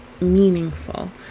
meaningful